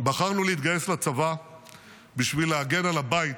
בחרנו להתגייס לצבא בשביל להגן על הבית,